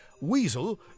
Weasel